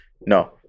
no